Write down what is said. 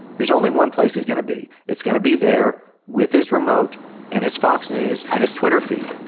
there's only one place he's gonna be. it's gonna be there, with his remote and his fox news, and his twitter feed.